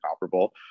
comparable